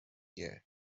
year